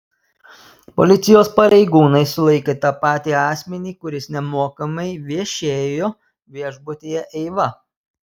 policijos pareigūnai sulaikė tą patį asmenį kuris nemokamai viešėjo viešbutyje eiva